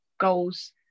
Goals